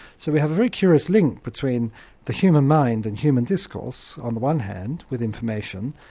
so we have a very curious link between the human mind and human discourse on the one hand with information,